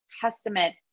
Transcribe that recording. testament